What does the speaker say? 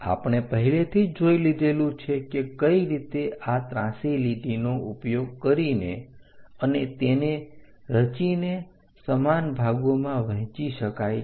આપણે પહેલેથી જ જોઈ લીધેલું છે કે કઈ રીતે આ ત્રાંસી લીટીનો ઉપયોગ કરીને અને તેને રચીને સમાન ભાગોમાં વહેંચી શકાય છે